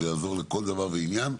זה יעזור לכל דבר ועניין.